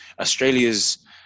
Australia's